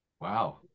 Wow